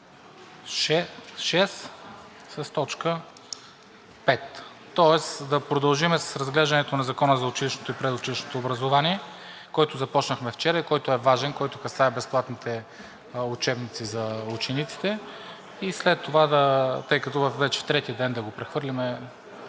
т. 5, тоест да продължим с разглеждането на Закона за училищното и предучилищното образование, който започнахме вчера, който е важен, който касае безплатните учебници за учениците, и вече трети ден да го прехвърляме,